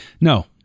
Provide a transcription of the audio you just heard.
No